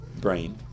brain